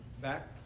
back